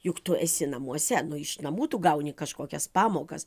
juk tu esi namuose iš namų tu gauni kažkokias pamokas